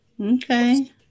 Okay